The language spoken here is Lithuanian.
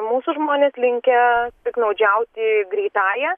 mūsų žmonės linkę piktnaudžiauti greitąja